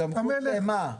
סמכות למה?